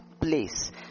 place